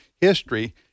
history